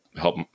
help